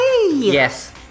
yes